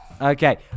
Okay